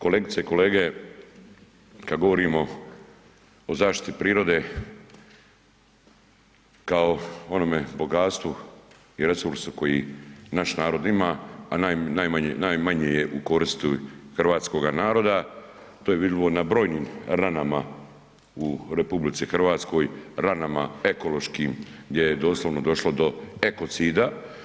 Kolegice i kolege, kad govorimo o zaštiti prirode kao o onome bogatstvu i resursu koje naš narod ima a najmanje je u korist hrvatskoga naroda to je vidljivo na brojnim ranama u RH, ranama ekološkim gdje je doslovno došlo do ekocida.